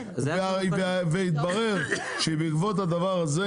והתברר שבעקבות הדבר הזה,